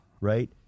right